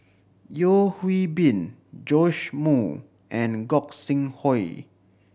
Yeo Hwee Bin Joash Moo and Gog Sing Hooi